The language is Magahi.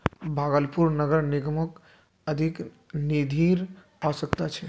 भागलपुर नगर निगमक अधिक निधिर अवश्यकता छ